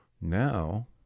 Now